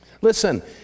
Listen